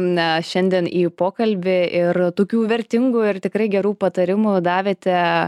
na šiandien į pokalbį ir tokių vertingų ir tikrai gerų patarimų davėte